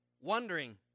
wondering